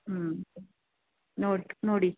ಹ್ಞೂ ನೋಡಿ ನೋಡಿ